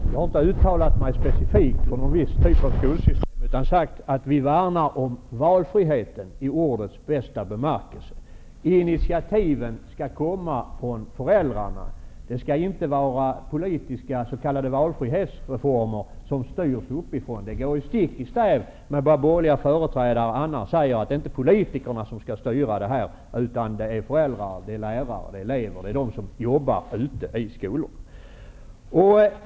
Herr talman! Jag har inte uttalat mig specifikt för någon viss typ av skolsystem, utan sagt att vi värnar om valfriheten i ordets bästa bemärkelse. Initiativen skall komma från föräldrarna. Det skall inte göras politiska s.k. valfrihetsreformer som styrs uppifrån. Det går ju stick i stäv med vad borgerliga företrädare annars säger om att det inte är politikerna, utan föräldrar, lärare och elever som skall styra detta -- de som jobbar ute i skolorna.